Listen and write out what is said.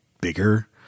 bigger